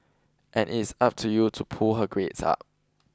and it is up to you to pull her grades up